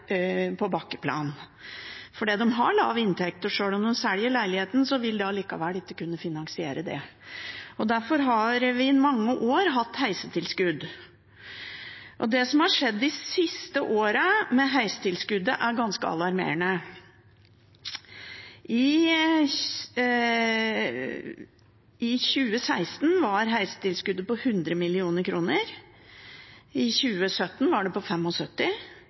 på bakkeplan, for de har lave inntekter. Sjøl om de selger leiligheten, vil det allikevel ikke kunne finansiere det. Derfor har vi i mange år hatt heistilskudd. Det som har skjedd med heistilskuddet de siste årene, er ganske alarmerende. I 2016 var heistilskuddet på 100 mill. kr, i 2017 var det på